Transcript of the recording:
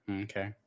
Okay